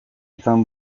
izan